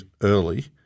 early